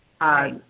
right